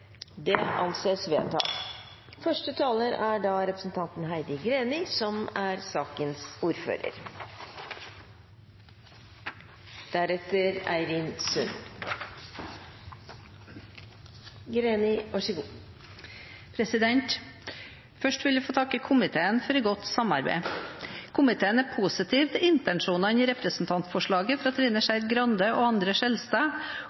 Det anses vedtatt. Først vil jeg få takke komiteen for et godt samarbeid. Komiteen er positiv til intensjonen i representantforslaget fra representantene Trine Skei Grande og André N. Skjelstad